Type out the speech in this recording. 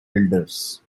elders